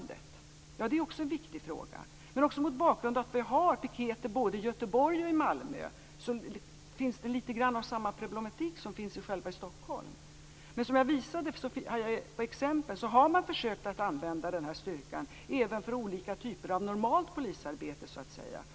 Det är också en viktig fråga. Men också mot bakgrund av att vi har piketer i både Göteborg och Malmö finns det lite grann av samma problematik som finns i Stockholm. Men som jag visade genom exempel har man försökt att använda denna styrka även för olika typer av normalt polisarbete.